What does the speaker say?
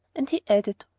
and he added,